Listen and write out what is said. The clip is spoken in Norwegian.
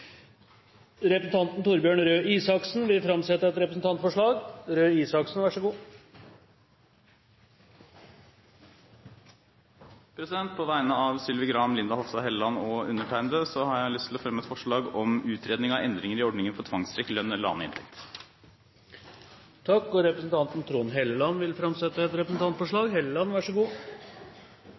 Representanten Torbjørn Røe Isaksen vil framsette et representantforslag. På vegne av Sylvi Graham, Linda C. Hofstad Helleland og meg selv har jeg lyst til å fremme et forslag om utredning av endringer i ordningen for tvangstrekk i lønn eller annen inntekt. Representanten Trond Helleland vil framsette et representantforslag.